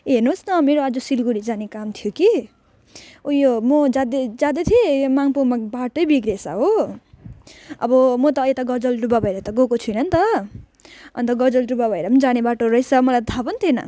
ए हेर्नुहोस् न मेरो आज सिलगढी जाने काम थियो कि उयो म जाँदै जाँदै थिएँ या मङ्पङ्मा बाटै बिग्रिएछ हो अब म त यता गजलडुबा भएर त गएको छैन नि त अन्त गजलडुबा भएर पनि जाने बाटो रहेछ मलाई त थाहा पनि थिएन